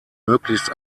möglichst